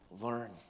learn